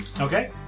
Okay